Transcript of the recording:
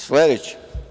Sledeće.